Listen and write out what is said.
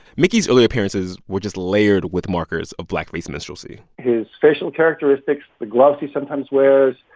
mickey's early appearances were just layered with markers of blackface minstrelsy his facial characteristics, the gloves he sometimes wears,